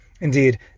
Indeed